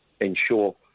ensure